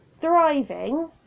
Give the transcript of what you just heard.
thriving